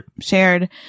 shared